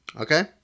Okay